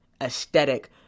aesthetic